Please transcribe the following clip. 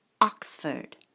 Oxford